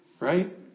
Right